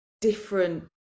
different